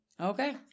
Okay